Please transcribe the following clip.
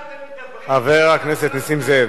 מה אתם מדברים, חבר הכנסת נסים זאב.